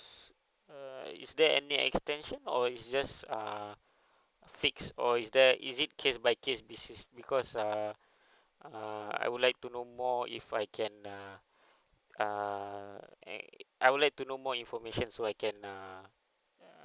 uh is there any extension or is just err fix or is there is it case by case basis because err err I would like to know more if I can err err I would like to know more information so I can err